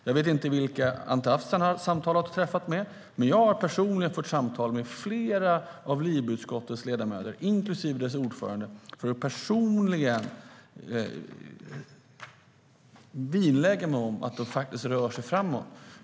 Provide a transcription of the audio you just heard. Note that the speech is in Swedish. Jag vet inte vilka Anti Avsan har träffat och samtalat med, men jag har personligen fört samtal med flera av LIBE-utskottets ledamöter, inklusive dess ordförande, för att personligen vinnlägga mig om att de faktiskt rör sig framåt.